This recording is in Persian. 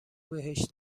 بهش